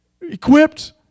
equipped